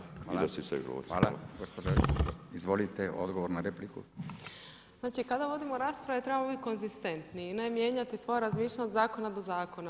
Znači kada vodimo rasprave trebamo bit konzistentni i ne mijenjati svoja razmišljanja od zakona do zakona.